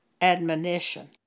admonition